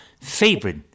favorite